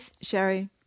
Sherry